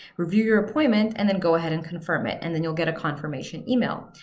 review your appointment, and then go ahead and confirm it, and then you'll get a confirmation email.